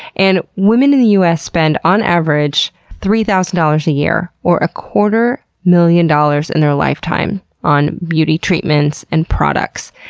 and women in the us spend on average three thousand dollars a year, or a quarter million dollars in their lifetimes, on beauty treatments and products.